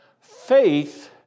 faith